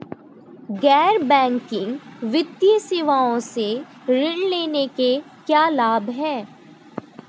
गैर बैंकिंग वित्तीय सेवाओं से ऋण लेने के क्या लाभ हैं?